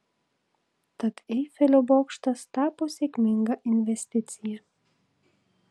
tad eifelio bokštas tapo sėkminga investicija